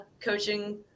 coaching